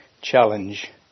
challenge